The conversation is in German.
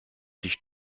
dich